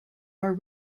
are